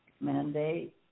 mandate